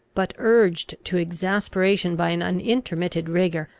but, urged to exasperation by an unintermitted rigour,